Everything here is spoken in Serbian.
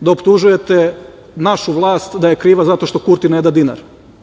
da optužujete našu vlast da je kriva zato što Kurti ne da dinar